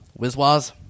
WizWaz